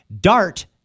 DART